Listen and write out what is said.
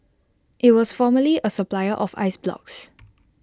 IT was formerly A supplier of ice blocks